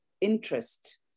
interest